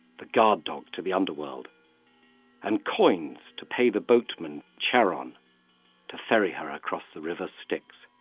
the guard dog to the underworld and coins to pay the boatman, charon to ferry her across the river styx.